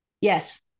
Yes